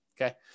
Okay